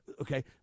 okay